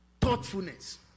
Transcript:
Thoughtfulness